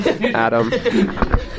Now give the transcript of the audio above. Adam